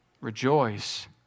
Rejoice